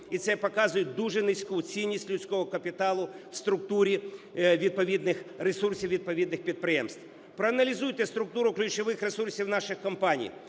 і це показує дуже низьку цінність людського капіталу в структурі відповідних ресурсів, відповідних підприємств. Проаналізуйте структуру ключових ресурсів наших компаній: